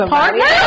partner